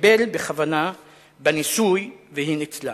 חיבל בכוונה בניסוי, והיא ניצלה.